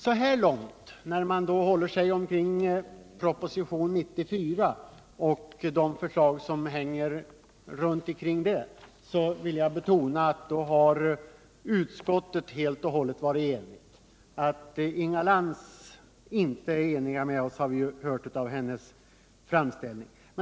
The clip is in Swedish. Så långt vill jag vad gäller propositionen 94 och förslagen i anslutning till denna betona att utskottet varit helt enigt. Att däremot Inga Lantz inte är överens med oss har vi hört genom hennes framställning.